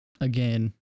again